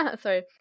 Sorry